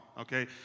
okay